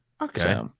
Okay